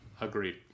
Agreed